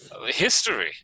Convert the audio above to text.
history